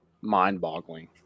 mind-boggling